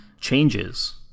changes